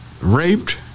raped